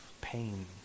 pain